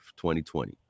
2020